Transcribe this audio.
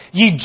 ye